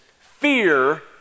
fear